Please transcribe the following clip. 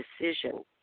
decision